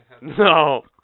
No